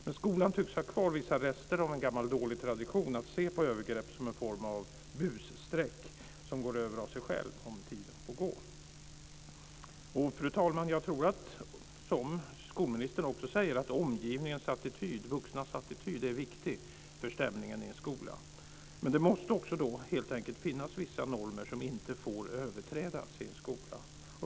Men skolan tycks ha kvar vissa rester av en gammal dålig tradition att se på övergrepp som en form av busstreck som går över av sig själva om tiden får gå. Fru talman! Som skolministern också säger så tror jag att omgivningens och de vuxnas attityd är viktig för stämningen i en skola. Men det måste också då helt enkelt finnas vissa normer som inte får överträdas i en skola.